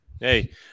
Hey